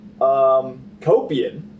Copian